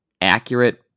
accurate